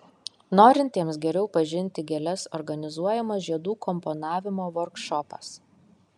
norintiems geriau pažinti gėles organizuojamas žiedų komponavimo vorkšopas